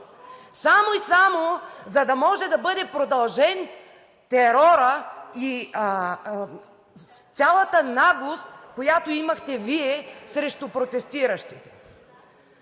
само и само да може да бъде продължен терорът с цялата наглост, която имахте Вие срещу протестиращите.